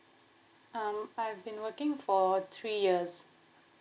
um I've been working for three years